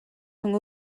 rhwng